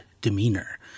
demeanor